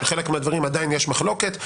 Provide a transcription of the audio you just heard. בחלק מהדברים עדיין יש מחלוקת.